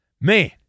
man